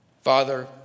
Father